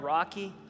Rocky